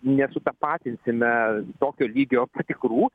nesutapatinsime tokio lygio patikrų